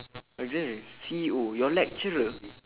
C_E_O your lecturer